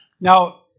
Now